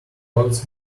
logs